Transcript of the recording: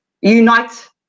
unite